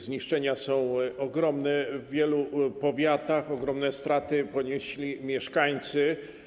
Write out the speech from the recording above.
Zniszczenia są ogromne w wielu powiatach, ogromne straty ponieśli mieszkańcy.